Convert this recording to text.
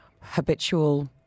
habitual